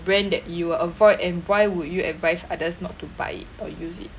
brand that you will avoid and why would you advise others not to buy it or use it